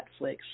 Netflix